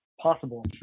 possible